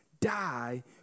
die